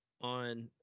on